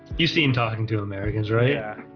you seemed talking to americans, right? yeah.